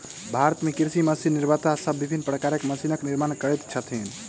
भारत मे कृषि मशीन निर्माता सब विभिन्न प्रकारक मशीनक निर्माण करैत छथि